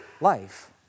life